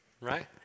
Right